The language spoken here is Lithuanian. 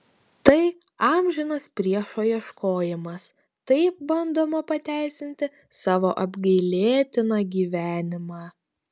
tai amžinas priešo ieškojimas taip bandoma pateisinti savo apgailėtiną gyvenimą